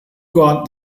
got